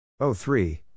03